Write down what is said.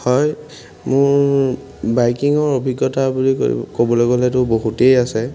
হয় মোৰ বাইকিঙৰ অভিজ্ঞতা বুলি ক ক'বলৈ গ'লেতো বহুতেই আছে